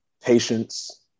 Patience